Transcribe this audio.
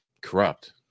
corrupt